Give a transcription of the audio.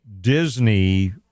Disney